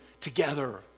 together